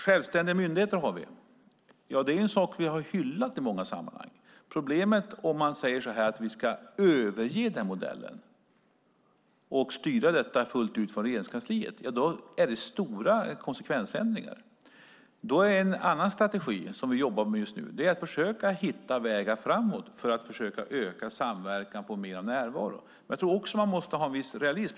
Självständiga myndigheter har vi, och det är något som vi i många sammanhang har hyllat. Om vi säger att vi ska överge den modellen och fullt ut styra från Regeringskansliet innebär det stora konsekvensändringar. En annan strategi, som vi just nu jobbar med, är därför att försöka hitta vägar framåt för att kunna öka samverkan och få mer närvaro. Jag tror att man måste vara realistisk när det gäller detta.